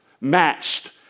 matched